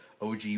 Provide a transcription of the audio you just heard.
OG